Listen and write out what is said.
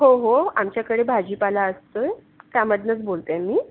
हो हो आमच्याकडे भाजीपाला असतो त्यामधूनच बोलत आहे मी